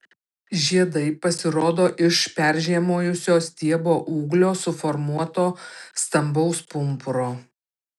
žiedai pasirodo iš peržiemojusio stiebo ūglio suformuoto stambaus pumpuro